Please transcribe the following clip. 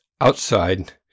outside